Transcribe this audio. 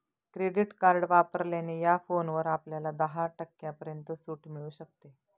credit card वापरल्याने या फोनवर आपल्याला दहा टक्क्यांपर्यंत सूट मिळू शकते